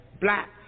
black